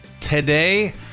today